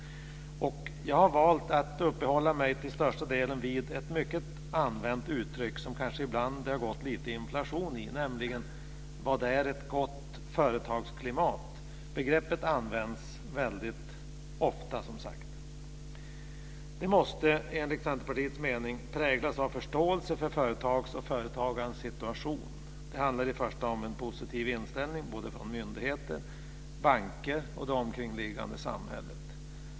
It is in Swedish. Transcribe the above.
Jag har valt att till största delen uppehålla mig kring ett mycket använt uttryck, som det kanske har gått lite inflation i, nämligen: Vad är ett gott företagsklimat? Begreppet används ofta. Det måste enligt Centerpartiets mening präglas av förståelse för företags och företagares situation. Det handlar i första hand om en positiv inställning, både från myndigheter, banker och det omkringliggande samhället.